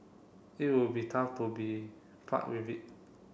it would be tough to be part with it